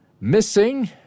missing